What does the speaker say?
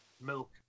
milk